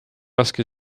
raske